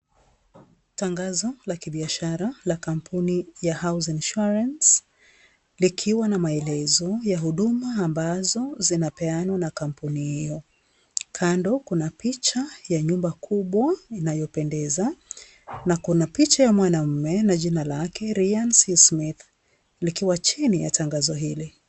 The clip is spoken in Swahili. Tangazo la kibiashara la kampuni ya House Insurance, likiwa na maelezo ya huduma ambazo zinapeanwa na kampuni hio, kando kuna picha ya nyumba kubwa inayopendeza na kuna picha ya mwanaume na jina lake Ryan C. Smith, likiwa chini ya tangazo hili.